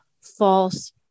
false